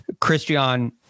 Christian